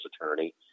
attorney